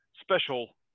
special